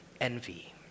envy